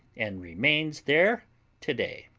and remains there today.